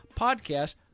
podcast